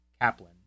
Kaplan